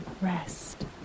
rest